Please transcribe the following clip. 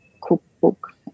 cookbook